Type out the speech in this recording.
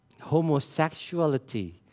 homosexuality